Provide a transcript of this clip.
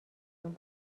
جون